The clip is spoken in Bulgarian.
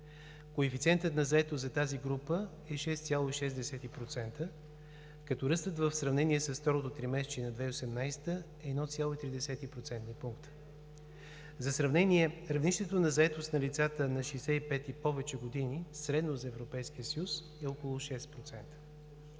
Коефициентът на заетост за тази група е 6,6%, като ръстът в сравнение с второто тримесечие на 2018 г. е 1,3% по малко. За сравнение равнището на заетост на лицата на 65 и повече години средно за Европейския съюз е около 6%.